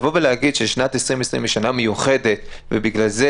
להגיד ששנת 2020 היא שנה מיוחדת ובגלל זה